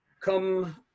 come